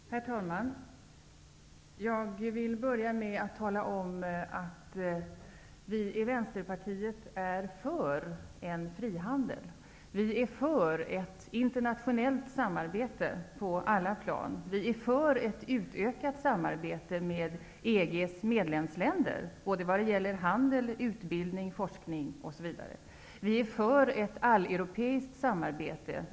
Herr talman! Jag vill börja med att tala om att vi i Vänsterpartiet är för frihandel. Vi är för ett internationellt samarbete på alla plan. Vi är för ett utökat samarbete med EG:s medlemsländer när det gäller handel, utbildning, forskning osv. Vi är för ett alleuropeiskt samarbete.